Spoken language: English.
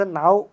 now